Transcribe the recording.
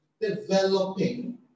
developing